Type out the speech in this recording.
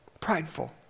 Prideful